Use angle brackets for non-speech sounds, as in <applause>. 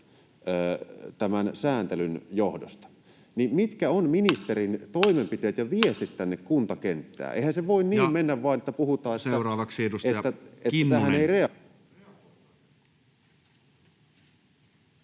tämän sääntelyn johdosta. <noise> Mitkä ovat ministerin toimenpiteet ja viestit tänne kuntakenttään? Eihän se voi niin mennä, että vain puhutaan ja että tähän ei reagoida.